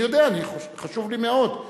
אני יודע, חשוב לי מאוד.